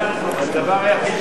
שם החוק,